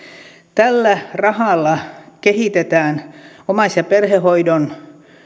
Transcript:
tällä rahalla kehitetään omais ja perhehoitajien